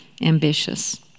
ambitious